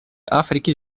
африки